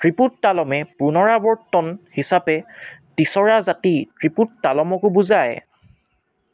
ত্ৰিপুত তালমে পুনৰাৱৰ্তন হিচাপে তিছৰা জাতি ত্ৰিপুত তালমকো বুজায়